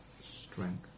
strength